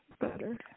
better